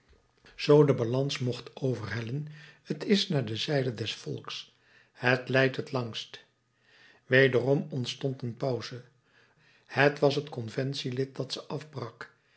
zoo de balans mocht overhellen is t naar de zijde des volks het lijdt het langst wederom ontstond een pauze t was het conventielid dat ze afbrak